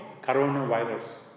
coronavirus